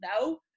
No